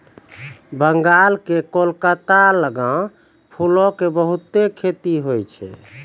बंगाल के कोलकाता लगां फूलो के बहुते खेती होय छै